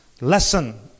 lesson